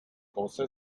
gosse